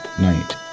night